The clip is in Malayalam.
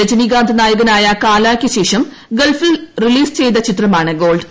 രജനീകാന്ത് നായകനായ കാലായ്ക്ക് ശേഷം ഗൾഫിൽ റിലീസ് ച്ചെയ്ത് ചിത്രമാണ് ഗോൾഡ്